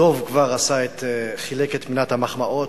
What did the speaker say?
דב כבר חילק את מנת המחמאות.